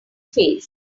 face